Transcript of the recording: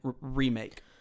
remake